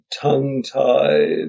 tongue-tied